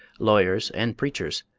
lawyers and preachers.